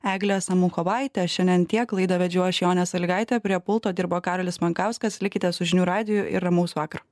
egle samuchovaite šiandien tiek laidą vedžiau aš jonė salygaitė prie pulto dirbo karolis mankauskas likite su žinių radiju ir ramaus vakaro